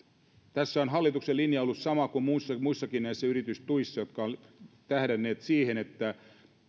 tässä on hallituksen linja ollut sama kuin muissakin muissakin näissä yritystuissa jotka ovat tähdänneet siihen että